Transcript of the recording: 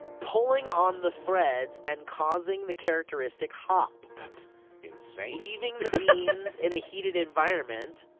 pulling on the threads and causing the characteristic hop. that's insane. leaving the the in a heated environment,